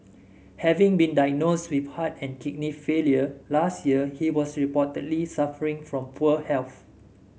having been diagnosed with heart and kidney failure last year he was reportedly suffering from poor health